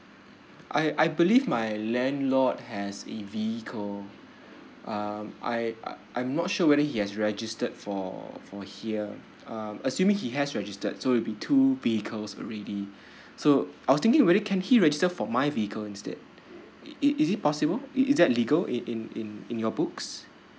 I I believe my landlord has a vehicle um I uh I'm not sure whether he has registered for for here uh assuming he has registered so it will be two vehicles already so I was thinking whether can he register for my vehicle instead it is it possible is that legal in in in in your books